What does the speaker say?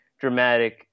dramatic